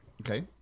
Okay